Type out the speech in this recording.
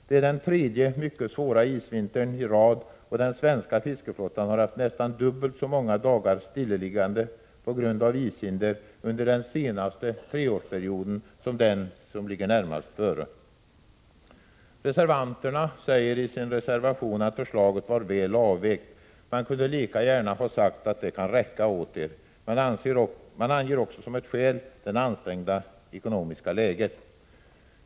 Det var den tredje mycket svåra isvintern i rad, och den svenska fiskeflottan har haft nästan dubbelt så många dagar stillaliggande på grund av ishinder under den senaste treårsperioden som under de tre åren närmast före. Reservanterna säger i sin reservation nr 36 att förslaget är väl avvägt. Man kunde lika gärna ha sagt att det kan räcka åt er. Man anger också som skäl det ansträngda ekonomiska läget.